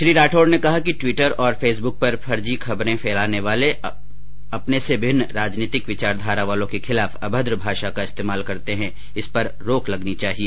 श्री राठौड ने कहा कि ट्विटर और फेसबुक पर फर्जी खबरें फैलाने वाले अपने से भिन्न राजनीतिक विचारधारा वालों के खिलाफ अभद्र भाषा का इस्तेमाल करते है इस पर रोक लगानी चाहिए